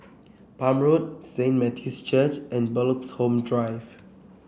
Palm Road Saint Matthew's Church and Bloxhome Drive